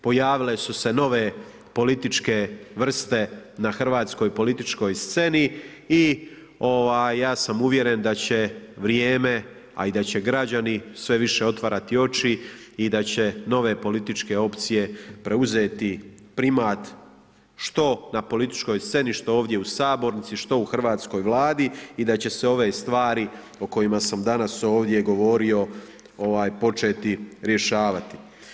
Pojavile su se nove političke vrste na hrvatskoj političkoj sceni i ja sam uvjeren da će vrijeme, a i da će građani sve više otvarati oči i da će nove političke opcije preuzeti primat što na političkoj sceni, što ovdje u sabornici, što u hrvatskoj Vladi i da će se ove stvari o kojima sam danas ovdje govorio početi rješavati.